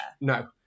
No